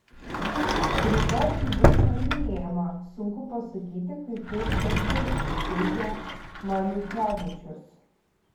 rytoj tai bus nagrinėjama sunku pasakyti kaip viskas baigsis teigia maliukevičius